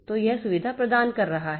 तो यह सुविधा प्रदान कर रहा है